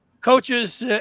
coaches